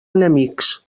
enemics